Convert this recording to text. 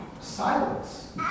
silence